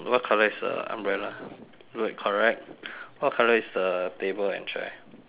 what colour is the umbrella blue and correct what colour is the table and chair